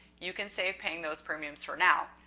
you can save paying those premiums for now.